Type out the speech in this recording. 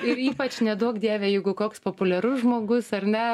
ir ypač neduok dieve jeigu koks populiarus žmogus ar ne